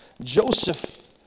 Joseph